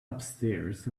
upstairs